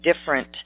different